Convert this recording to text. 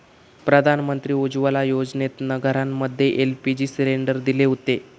प्रधानमंत्री उज्ज्वला योजनेतना घरांमध्ये एल.पी.जी सिलेंडर दिले हुते